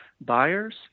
buyers